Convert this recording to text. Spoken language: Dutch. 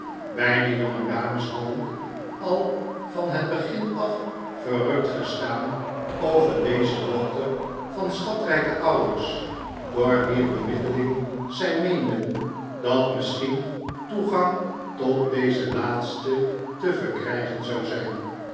beide jongedames hadden al van het begin af verrukt gestaan over deze dochter van schatrijke ouders door wier bemiddeling zij meenden dat missehien toegang tot deze laatsten te verkrijgen zou zijn